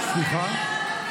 כלכלה?